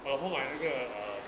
I hold my 那个 uh